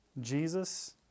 Jesus